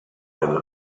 can